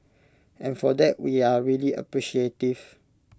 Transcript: and for that we are really appreciative